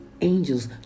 angels